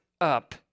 up